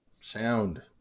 Sound